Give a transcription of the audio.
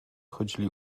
chodzili